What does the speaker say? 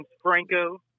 Franco